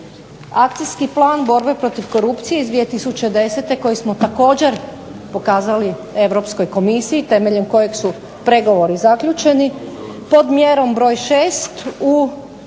Akcijski plan borbe protiv korupcije iz 2010. koji smo također pokazali Europskoj komisiji temeljem kojeg su pregovori zaključeni pod mjerom broj 6 u